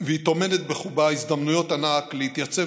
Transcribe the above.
והיא טומנת בחובה הזדמנויות ענק להתייצב